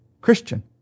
Christian